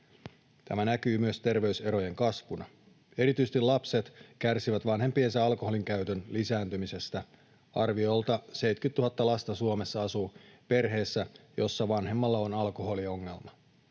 Tämä näkyy myös terveyserojen kasvuna. Erityisesti lapset kärsivät vanhempiensa alkoholinkäytön lisääntymisestä. Arviolta 70 000 lasta Suomessa asuu perheessä, jossa vanhemmalla on alkoholiongelma.